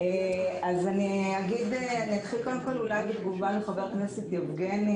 אני אתחיל קודם כול אולי בתגובה לחבר הכנסת יבגני